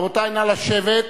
רבותי, נא לשבת.